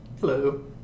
hello